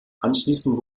anschließend